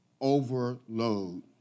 overload